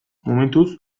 momentuz